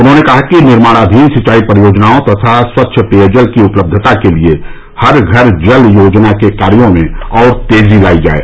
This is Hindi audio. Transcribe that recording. उन्होंने कहा कि निर्माणाधीन सिंचाई परियोजनाओं तथा स्वच्छ पेयजल की उपलब्धता के लिये हर घर जल योजना के कार्यो में और तेजी लाई जाये